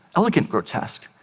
elegant-grotesk.